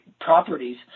properties